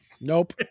Nope